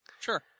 Sure